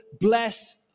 bless